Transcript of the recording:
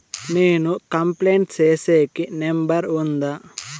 నేను కంప్లైంట్ సేసేకి నెంబర్ ఉందా?